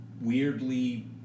weirdly